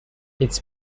its